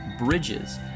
bridges